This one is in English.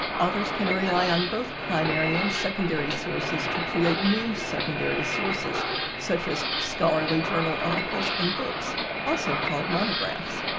authors can rely on both primary and secondary sources to create new secondary sources such as scholarly journal articles and books, also called monographs.